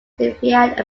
defiant